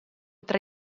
tra